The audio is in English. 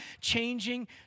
changing